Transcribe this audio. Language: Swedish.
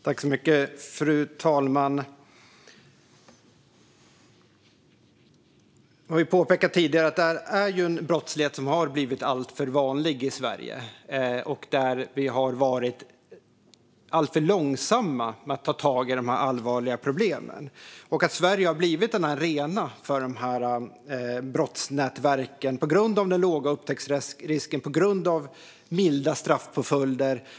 Fru talman! Jag har tidigare påpekat att detta är en brottslighet som har blivit alltför vanlig i Sverige, och vi har varit alltför långsamma med att ta tag i dessa allvarliga problem. Sverige har blivit en arena för dessa brottsnätverk på grund av den låga upptäcktsrisken och på grund av milda straffpåföljder.